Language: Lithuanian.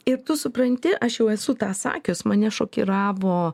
ir tu supranti aš jau esu tą sakęs mane šokiravo